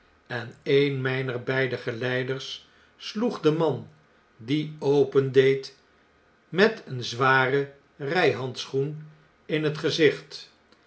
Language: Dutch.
en een mjjner beide geleiders sloeg den man die opendeed met een zwaren rflhandschoen in het gezicht